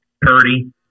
Purdy